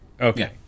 Okay